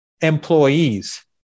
employees